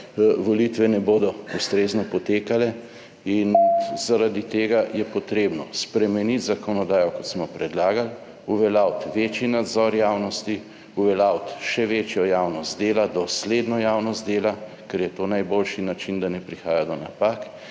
volitve ne bodo ustrezno potekale in zaradi tega je potrebno spremeniti zakonodajo, kot smo predlagali, uveljaviti večji nadzor javnosti, uveljaviti še večjo javnost dela, dosledno javnost dela, ker je to najboljši način, 50. TRAK: (VP)